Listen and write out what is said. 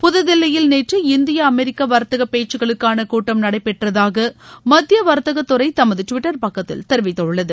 புதுதில்லியில் நேற்று India America வர்த்தக பேச்சுக்களுக்கான கூட்டம் நடைபெற்றதாக மத்திய வர்த்தக துறை தமது டுவிட்டர் பக்கதிதல் தெரிவித்துள்ளது